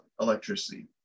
electricity